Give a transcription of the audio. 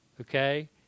Okay